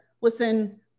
listen